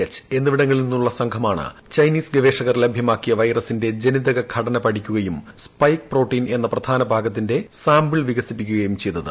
H എന്നിവിടങ്ങളിൽ നിന്നുള്ള സംഘമാണ് ചൈനീസ് ഗവേഷകർ ലഭ്യമാക്കിയ വൈറസിന്റെ ജനിതക ഘടന പഠിക്കുകയും സ്പൈക്ക് പ്രോട്ടീൻ എന്ന പ്രധാന ഭാഗത്തിന്റെ സാമ്പിൾ വികസിപ്പിക്കുകയും ചെയ്തത്